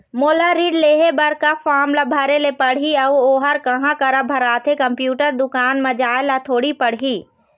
मोला ऋण लेहे बर का फार्म ला भरे ले पड़ही अऊ ओहर कहा करा भराथे, कंप्यूटर दुकान मा जाए ला थोड़ी पड़ही?